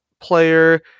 player